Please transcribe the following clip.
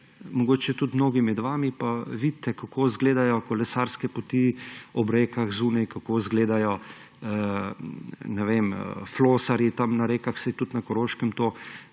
mogoče tudi mnogi med vami, pa vidite, kako izgledajo kolesarske poti ob rekah zunaj, kako izgledajo flosarji tam na rekah. Saj tudi na Koroškem je